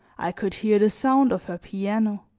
i could hear the sound of her piano,